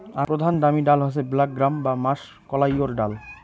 আক প্রধান দামি ডাল হসে ব্ল্যাক গ্রাম বা মাষকলাইর ডাল